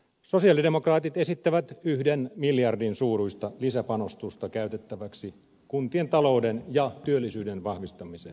sosialidemokraatit esittävät yhden miljardin suuruista lisäpanostusta käytettäväksi kuntien talouden ja työllisyyden vahvistamiseen